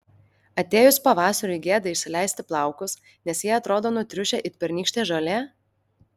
atėjus pavasariui gėda išsileisti plaukus nes jie atrodo nutriušę it pernykštė žolė